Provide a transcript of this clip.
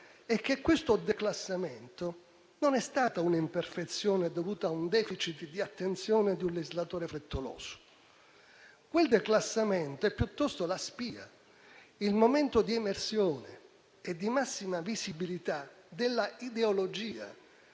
è che tale declassamento non è stata un'imperfezione dovuta a un *deficit* di attenzione di un legislatore frettoloso; quel declassamento è piuttosto la spia, il momento di emersione e di massima visibilità dell'ideologia